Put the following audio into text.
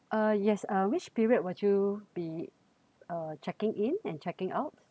uh yes uh which period would you be uh checking in and checking out